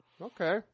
Okay